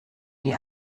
wie